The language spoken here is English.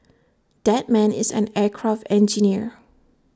that man is an aircraft engineer